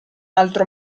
altro